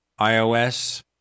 iOS